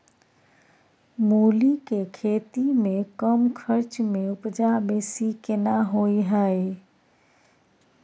मूली के खेती में कम खर्च में उपजा बेसी केना होय है?